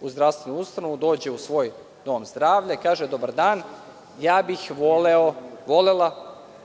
u zdravstvenu ustanovu, dođe u svoj dom zdravlja i kaže – dobar dan, ja bih volela